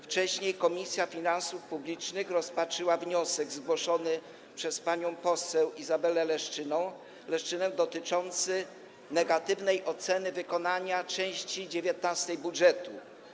Wcześniej Komisja Finansów Publicznych rozpatrzyła wniosek zgłoszony przez panią poseł Izabelę Leszczynę dotyczący negatywnej oceny wykonania części 19 budżetu.